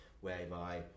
Whereby